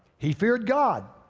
he feared god,